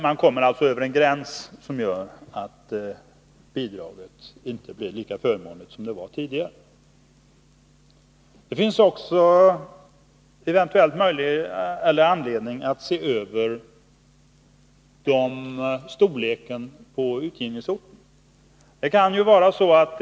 De kommer alltså över en gräns där bidraget inte blir lika förmånligt som tidigare. Det finns också eventuellt anledning att se över utgivningsortens storlek.